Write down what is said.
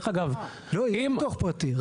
לא, יהיה ביטוח פרטי.